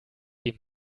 dem